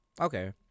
Okay